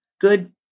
good